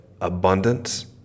abundance